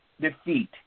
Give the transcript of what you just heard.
defeat